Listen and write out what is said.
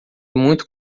muito